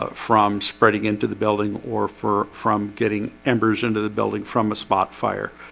ah from spreading into the building or for from getting embers into the building from a spot fire